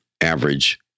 average